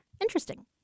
Interesting